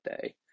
day